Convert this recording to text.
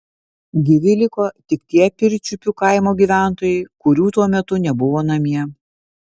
gyvi liko tik tie pirčiupių kaimo gyventojai kurių tuo metu nebuvo namie